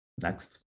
Next